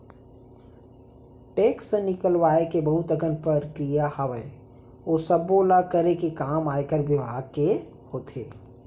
tax निकलवाय के बहुत अकन प्रक्रिया हावय, ओ सब्बो ल करे के काम आयकर बिभाग के होथे